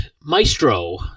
Maestro